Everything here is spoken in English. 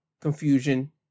confusion